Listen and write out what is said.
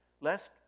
lest